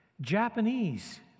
Japanese